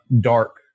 dark